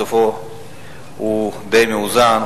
בסופו הוא די מאוזן,